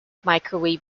microwave